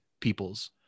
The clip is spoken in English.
peoples